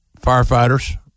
firefighters